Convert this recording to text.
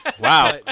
Wow